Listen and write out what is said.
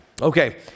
okay